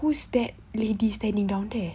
who's that lady standing down there